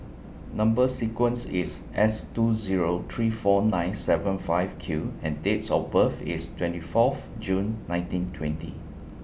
Number sequence IS S two Zero three four nine seven five Q and Dates of birth IS twenty forth June nineteen twenty